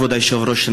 כבוד היושב-ראש,